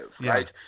right